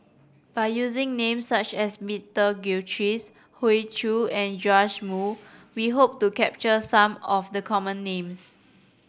by using names such as Peter Gilchrist Hoey Choo and Joash Moo we hope to capture some of the common names